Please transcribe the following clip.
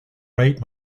right